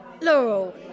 Laurel